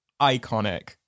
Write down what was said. iconic